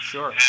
Sure